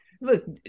Look